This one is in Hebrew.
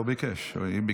הוא לא ביקש, היא ביקשה.